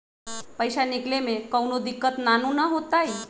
पईसा निकले में कउनो दिक़्क़त नानू न होताई?